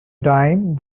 dime